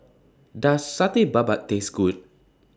Does Satay Babat Taste Good